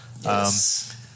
Yes